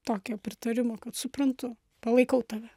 tokio pritarimo kad suprantu palaikau tave